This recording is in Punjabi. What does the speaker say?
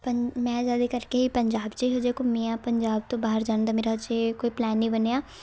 ਪੰ ਮੈਂ ਜ਼ਿਆਦਾ ਕਰਕੇ ਪੰਜਾਬ 'ਚ ਅਜੇ ਘੁੰਮੀ ਹਾਂ ਪੰਜਾਬ ਤੋਂ ਬਾਹਰ ਜਾਣ ਦਾ ਮੇਰਾ ਅਜੇ ਕੋਈ ਪਲੈਨ ਨਹੀਂਂ ਬਣਿਆ